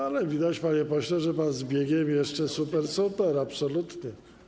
Ale widać, panie pośle, że u pana z biegiem jeszcze super, super, absolutnie.